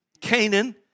Canaan